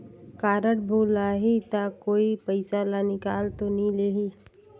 Card भुलाही ता कोई पईसा ला निकाल तो नि लेही?